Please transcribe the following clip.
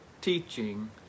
teaching